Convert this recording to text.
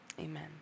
amen